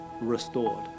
restored